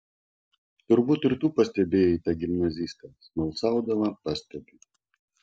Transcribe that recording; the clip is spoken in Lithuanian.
turbūt ir tu pastebėjai tą gimnazistę smalsaudama pastebiu